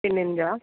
टिननि जा